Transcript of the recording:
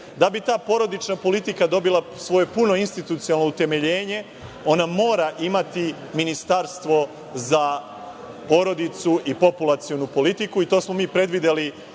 Da bi ta porodična politika dobila svoje puno institucionalno utemeljenje, ona mora imati ministarstvo za porodicu i populacionu politiku i to smo mi predvideli